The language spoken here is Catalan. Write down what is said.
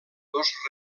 dos